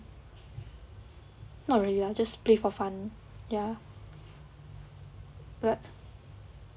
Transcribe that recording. not really lah just play for fun ya but